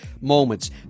moments